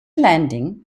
landing